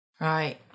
Right